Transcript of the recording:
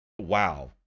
Wow